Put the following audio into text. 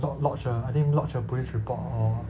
lodge lodge a I think lodge a police report or